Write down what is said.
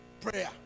Prayer